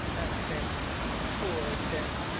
and pym poor pym!